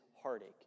heartache